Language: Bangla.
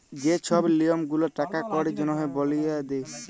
যে ছব লিয়ম গুলা টাকা কড়ির জনহে বালিয়ে দে